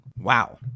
Wow